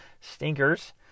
stinkers